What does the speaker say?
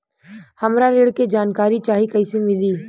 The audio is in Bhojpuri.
हमरा ऋण के जानकारी चाही कइसे मिली?